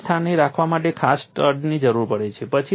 તેમને સ્થાને રાખવા માટે ખાસ સ્ટડ્સની જરૂર પડે છે